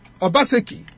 Obaseki